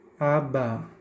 ABA